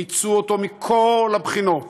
מיצו אותו מכל הבחינות,